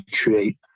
create